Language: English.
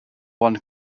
one